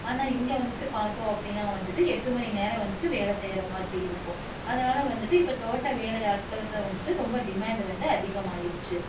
ஆனால் இங்கே வந்துட்டு பார்த்தோம் அப்டின்னால் வந்துட்டு எட்டு மணி நேரம் வந்துட்டு வேலை செய்கிறமாதிரி இருக்கும் அதனால் வந்துட்டு இப்போ தோட்ட வேலை ஆட்களுக்கு வந்துட்டு ரொம்ப டிமேண்டு வந்து அதிகமாயிருச்சு